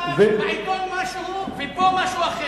אי-אפשר שבעיתון משהו ופה משהו אחר.